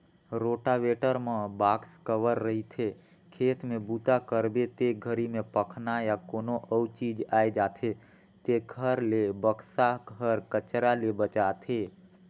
rotavator म box cover रहिथे, खेत में बूता करबे ते घरी में पखना या कोनो अउ चीज आये जाथे तेखर ले बक्सा हर कचरा ले बचाथे